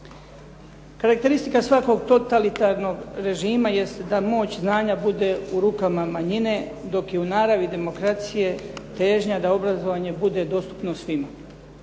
Karakteristika svakog totalitarnog režima jest da moć znanja bude u rukama manjine, dok je u naravi demokracije težnja da obrazovanje bude dostupno svima.